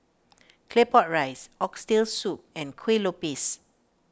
Claypot Rice Oxtail Soup and Kuih Lopes